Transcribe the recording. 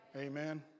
Amen